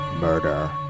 murder